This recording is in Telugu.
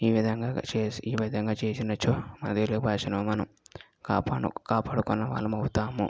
ఈ విధంగా చేసి ఈ విధంగా చేసినచో మన తెలుగు భాషను మనం కాపాడు కాపాడుకున్న వాళ్ళము అవుతాము